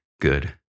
good